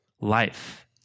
life